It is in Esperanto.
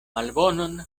malbonon